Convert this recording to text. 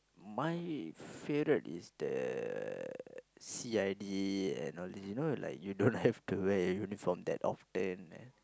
my favourite is the C_I_D and all this you know you like you don't have to wear uniform that often